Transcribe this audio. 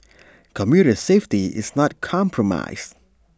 commuter safety is not compromised